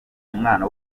umwana